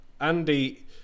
Andy